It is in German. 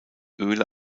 öle